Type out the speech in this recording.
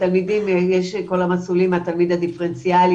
--- כל המסלולים מהתלמיד הדיפרנציאלי,